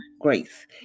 grace